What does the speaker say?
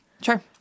Sure